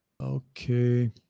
Okay